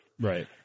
Right